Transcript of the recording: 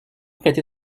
prêter